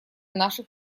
наших